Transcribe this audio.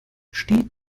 steht